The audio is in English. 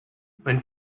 when